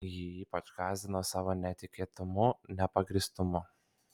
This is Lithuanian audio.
ji ypač gąsdino savo netikėtumu nepagrįstumu